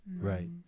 Right